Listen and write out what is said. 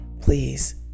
please